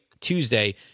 Tuesday